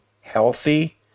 healthy